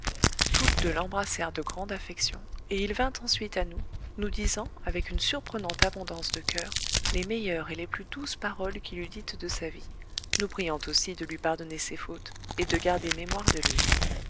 toutes deux l'embrassèrent de grande affection et il vint ensuite à nous nous disant avec une surprenante abondance de coeur les meilleures et les plus douces paroles qu'il eût dites de sa vie nous priant aussi de lui pardonner ses fautes et de garder mémoire de lui